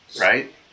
right